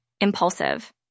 impulsive